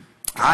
רי"ן,